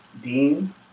Dean